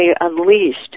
unleashed